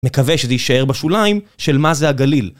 מקווה שזה יישאר בשוליים של מה זה הגליל.